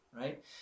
right